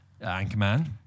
Anchorman